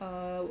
err